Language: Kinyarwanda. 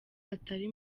atari